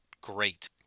great